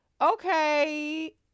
okay